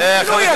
אפילו יצרו,